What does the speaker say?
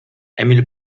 emil